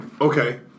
okay